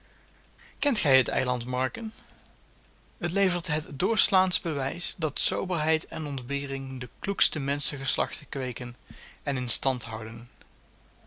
kent gij het eiland marken het levert het doorslaandst bewijs dat soberheid en ontbering de kloekste menschengeslachten kweeken en in stand houden